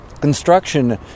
construction